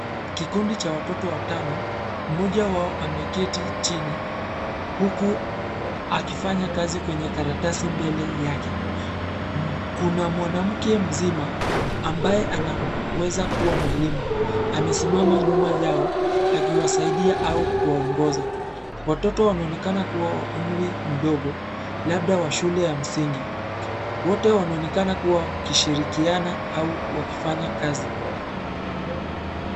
Kikundi cha watoto watano, mmoja wao ameketi chini huku akifanya kazi kwenye karatasi mbele yake. Kuna mwanamke mzima ambaye anaweza kuwa mwalimu, amesimama nyuma yao akiwasaidia au kuwaongoza. Watoto wanaonekana kuwa wa umri mdogo labda wa shule ya msingi, wote wanaonekana kuwa wakishirikiana au wakifanya kazi.